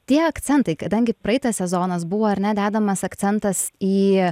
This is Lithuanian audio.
tie akcentai kadangi praeitas sezonas buvo ar ne dedamas akcentas į